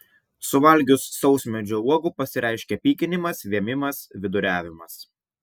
suvalgius sausmedžio uogų pasireiškia pykinimas vėmimas viduriavimas